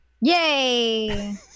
Yay